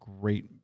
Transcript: great